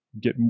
get